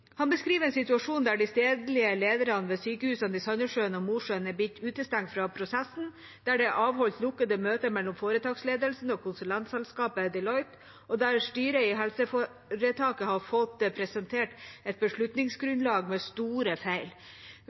han omtaler som et politisk urent spill. Han beskriver en situasjon der de stedlige lederne ved sykehusene i Sandnessjøen og Mosjøen er blitt utestengt fra prosessen, der det er avholdt lukkede møter mellom foretaksledelsen og konsulentselskapet Deloitte, og der styret i helseforetaket har fått presentert et